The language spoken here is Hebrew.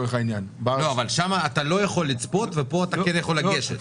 אבל שם אתה לא יכול לצפות ופה אתה כן יכול לגשת.